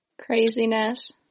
Craziness